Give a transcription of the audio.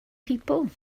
people